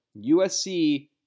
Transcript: USC